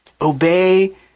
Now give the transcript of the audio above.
obey